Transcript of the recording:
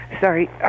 Sorry